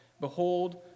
Behold